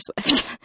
Swift